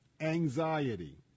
anxiety